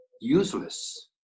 useless